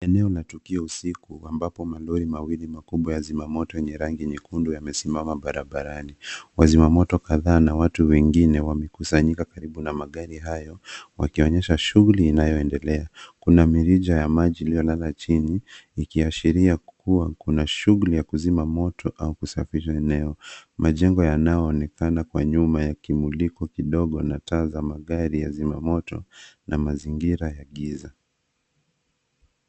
Eneo la tukio usiku ambapo malori mawili makubwa ya zimamoto yenye rangi nyekundu yamesimama barabarani. Wazimamoto kadhaa na watu wengine wamekusanyika karibu na magari hayo wakionyesha shughuli inayoendelea. Kuna mirija ya maji iliolala chini ikiashiria kuwa kuna shughuli ya kuzima moto au kusafisha eneo. Majengo yanayoonekana kwa nyuma ya kimulikwa kidogo na taa za magari ya zimamoto na mazingira ya giza.